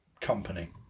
company